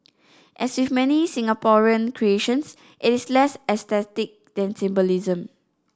as with many Singaporean creations it is less aesthetic than symbolism